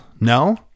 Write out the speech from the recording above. no